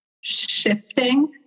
shifting